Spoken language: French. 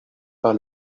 par